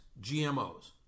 gmos